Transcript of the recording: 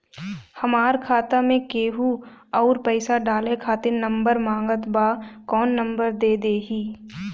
हमार खाता मे केहु आउर पैसा डाले खातिर नंबर मांगत् बा कौन नंबर दे दिही?